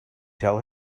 tell